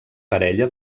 parella